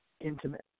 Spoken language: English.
intimate